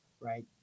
right